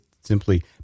simply